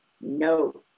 No